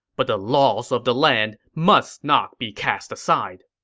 but the laws of the land must not be cast aside.